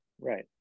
Right